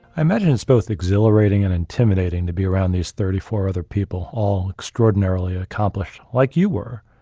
imagine it's both exhilarating and intimidating to be around these thirty four other people all extraordinarily accomplished, like you were,